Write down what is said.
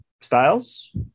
Styles